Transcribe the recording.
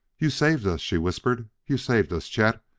you saved us, she whispered you saved us, chet.